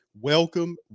Welcome